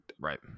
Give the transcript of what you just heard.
right